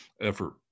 effort